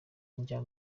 ijya